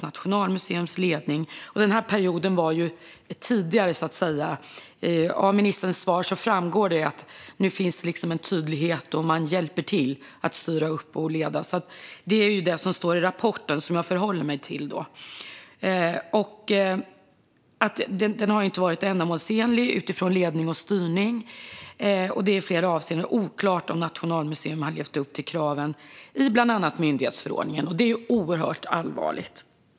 Av ministerns svar framgår att det nu finns en tydlighet och att man hjälper till att styra upp och leda. Men det är det som står i rapporten som jag förhåller mig till. Där bedömer Statskontoret att "Nationalmuseums ledning, styrning och uppföljning inte är ändamålsenlig. Det är i flera avseenden oklart om Nationalmuseum lever upp till kraven i bland annat myndighetsförordningen". Det är oerhört allvarligt.